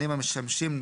סיכמנו שאני בעד,